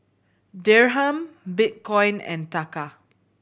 Dirham Bitcoin and Taka